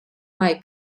mai